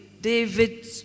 David